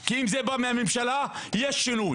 כי אם זה בא מהממשלה אז יהיה שינוי.